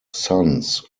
sons